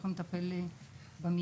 ויכולים לטפל במיידי.